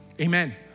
amen